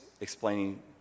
explaining